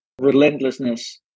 relentlessness